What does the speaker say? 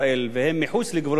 דהיינו בשטחים הכבושים,